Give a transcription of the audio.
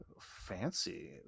fancy